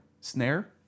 snare